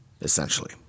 essentially